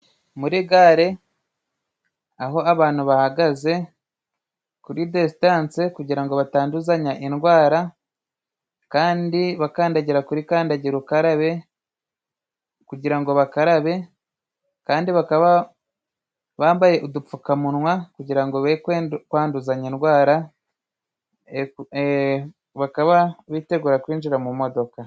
Muri gare aho abantu bahagaze kuri desitanse， kugira ngo batanduzanya indwara kandi bakandagira kuri kandagira ukarabe kugira ngo bakarabe， kandi bakaba bambaye udupfukamunwa kugira ngo be kwanduzanya indwara， bakaba bitegura kwinjira mu modoka.